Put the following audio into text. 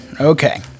Okay